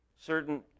certain